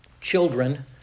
Children